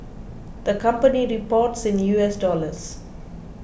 the company reports in U S dollars